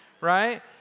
right